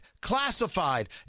classified